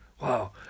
Wow